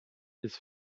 ist